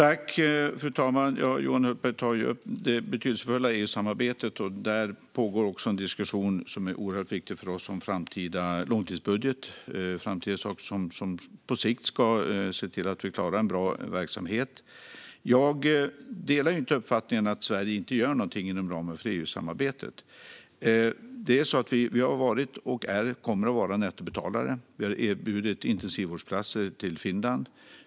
Fru talman! Johan Hultberg tar upp det betydelsefulla i EU-samarbetet. Där pågår också en diskussion som är oerhört viktig för oss om en framtida långtidsbudget som på sikt ska se till att vi klarar en bra verksamhet. Jag delar inte uppfattningen att Sverige inte gör någonting inom ramen för EU-samarbetet. Vi har varit och kommer att vara nettobetalare. Vi har erbjudit intensivvårdsplatser till Finland.